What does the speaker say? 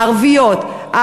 הערביות,